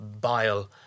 Bile